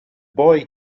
boy